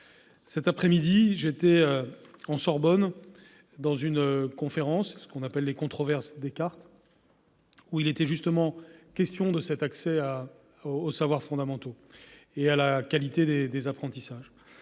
Cette après-midi, j'assistais en Sorbonne à une conférence appelée « Les Controverses de Descartes », où il était justement question de cet accès aux savoirs fondamentaux et de la qualité des apprentissages.